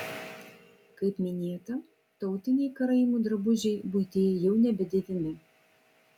kaip minėta tautiniai karaimų drabužiai buityje jau nebedėvimi